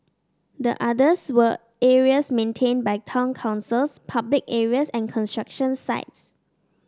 the others were areas maintained by town councils public areas and construction sites